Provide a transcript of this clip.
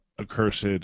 Accursed